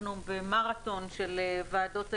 אנחנו במרתון של ועדות היום,